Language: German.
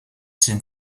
sind